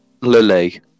Lily